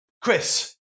Chris